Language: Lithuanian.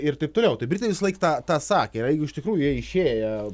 ir taip toliau tai britai visąlaik tą tą sakė ir jeigu iš tikrųjų jie išėję